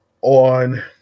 On